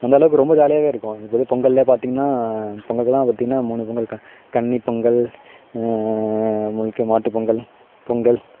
அந்தளவுக்கு ரொம்ப ஜாலியாகவே இருக்கும் இப்போ வந்து பொங்கல்ல பார்த்தீங்கனா பொங்கலுக்கெலாம் பார்த்தீங்கனா மூணு பொங்கல் க கன்னிப்பொங்கல் உங்களுக்கு மாட்டுப் பொங்கல் பொங்கல்